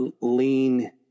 lean